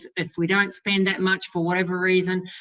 if we don't spend that much for whatever reason,